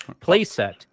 playset